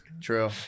True